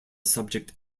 subject